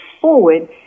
forward